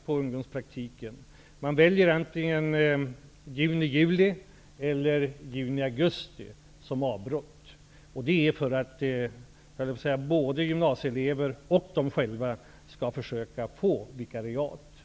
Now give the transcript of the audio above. Man väljer att ha avbrottet antingen under juni-- juli eller juni-augusti. Detta gör vi för att både gymnasieelever och ungdomspraktikanterna skall försöka få vikariat i stället.